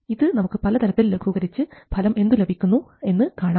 ഇത് നമുക്ക് പലതരത്തിൽ ലഘൂകരിച്ച് ഫലം എന്തു ലഭിക്കുന്നു എന്ന് കാണാം